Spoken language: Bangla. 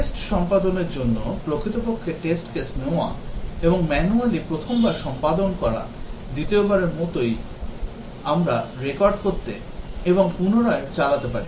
Test সম্পাদনের জন্য প্রকৃতপক্ষে test case নেওয়া এবং manually প্রথমবার সম্পাদন করা দ্বিতীয়বার অবশ্যই আমরা রেকর্ড করতে এবং পুনরায় চালাতে পারি